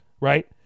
right